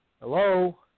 Hello